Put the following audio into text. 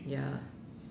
ya